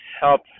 help